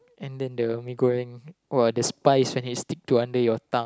and then the mee-goreng !wah! the spice when it stick to under your tongue